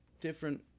different